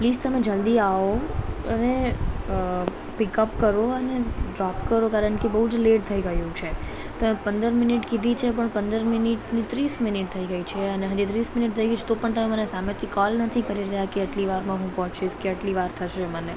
please તમે જલ્દી આવો અને અ પીકઅપ કરો અને ડ્રોપ કરો કારણ કે બહુ જ લેટ થઇ ગયું છે પંદર મિનીટ કીધી છે પણ પંદર મિનીટની ત્રીસ મિનીટ થઇ ગઇ છે અને ત્રીસ મિનીટ થઇ ગઇ છે તો પણ તમે મને સામેથી કોલ નથી કરી રહ્યા કે આટલી વારમાં હું પહોંચીશ કે આટલી વાર થશે મને